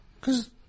Cause